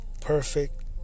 Perfect